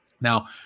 Now